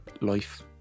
life